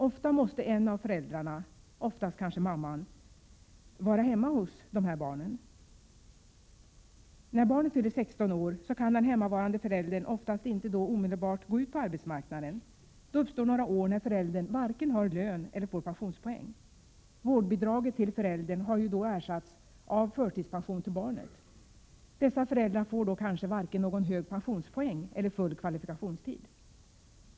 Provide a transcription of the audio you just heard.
Ofta måste en av föräldrarna — oftast kanske mamman — vara hemma hos dessa barn. När barnet fyller 16 år kan den hemmavarande föräldern oftast inte omedelbart gå ut på arbetsmarknaden. Då kommer några år när föräldern varken har lön eller får pensionspoäng. Vårdbidraget till föräldern har ju då ersatts av förtidspension till barnet. Dessa föräldrar får då kanske varken någon hög pensionspoäng eller full kvalifikationstid.